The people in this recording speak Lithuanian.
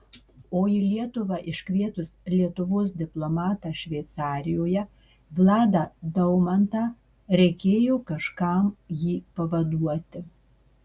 o į lietuvą iškvietus lietuvos diplomatą šveicarijoje vladą daumantą reikėjo kažkam jį pavaduoti